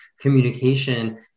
communication